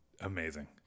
amazing